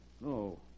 No